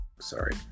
Sorry